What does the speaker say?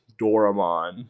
Doramon